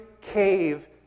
cave